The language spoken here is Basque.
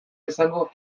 izango